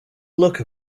look